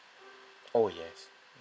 oh yes